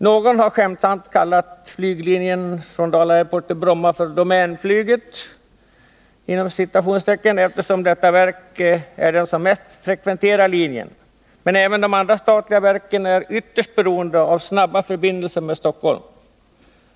Någon har skämtsamt kallat flyglinjen Dala Airport-Bromma för ”Domänflyget”, eftersom det är detta verk som mest frekventerar linjen. Men även de andra statliga verken är ytterst beroende av snabba förbindelser med Stockholm.